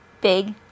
big